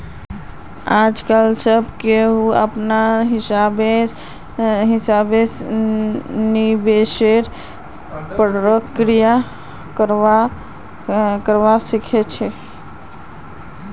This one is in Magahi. आजकालित सब कोई अपनार हिसाब स निवेशेर प्रक्रिया करवा सख छ